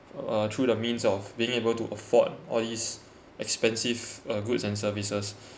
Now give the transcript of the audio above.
uh through the means of being able to afford all these expensive uh goods and services